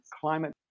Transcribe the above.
climate